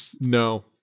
no